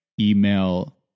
email